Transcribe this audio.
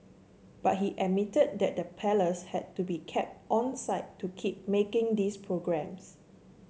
but he admitted that the Palace had to be kept onside to keep making these programmes